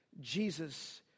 Jesus